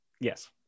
Yes